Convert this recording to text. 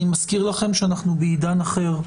אני מזכיר לכם שאנחנו בעידן אחר.